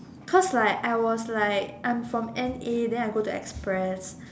cause like I was like I'm from N_A then I go into express